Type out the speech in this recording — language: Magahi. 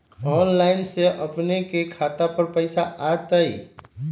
ऑनलाइन से अपने के खाता पर पैसा आ तई?